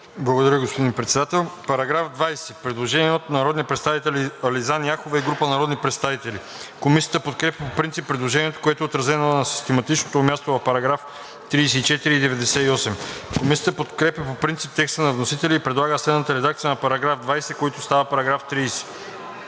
Благодаря, господин Председател. По § 20 има предложение от народния представител Ализан Яхова и група народни представители. Комисията подкрепя по принцип предложението, което е отразено на систематичното му място в § 34 и 98. Комисията подкрепя по принцип текста на вносителя и предлага следната редакция на § 20, който става § 30: „§ 30.